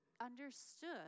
understood